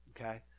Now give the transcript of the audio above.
Okay